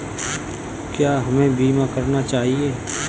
क्या हमें बीमा करना चाहिए?